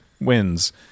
wins